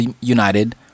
United